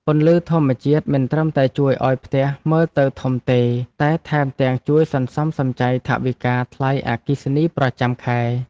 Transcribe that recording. ពន្លឺធម្មជាតិមិនត្រឹមតែជួយឱ្យផ្ទះមើលទៅធំទេតែថែមទាំងជួយសន្សំសំចៃថវិកាថ្លៃអគ្គិសនីប្រចាំខែ។